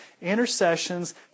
intercessions